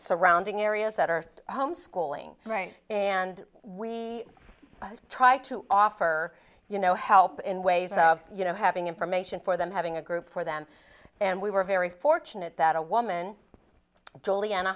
surrounding areas that are homeschooling right and we try to offer you know help in ways of you know having information for them having a group for them and we were very fortunate that a woman juliana